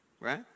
Right